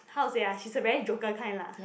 how to say ah she's a very joker kind lah